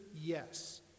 Yes